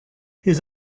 his